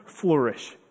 flourish